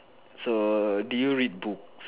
so did you read books